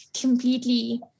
completely